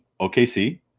OKC